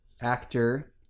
actor